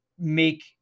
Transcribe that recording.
make